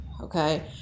okay